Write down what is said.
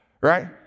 Right